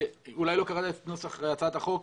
אולי לא קראת את נוסח הצעת החוק,